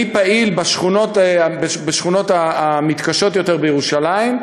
אני פעיל בשכונות המתקשות יותר בירושלים,